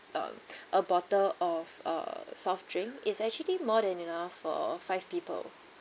um a bottle of err soft drink it's actually more than enough for five people